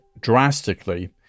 drastically